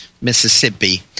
Mississippi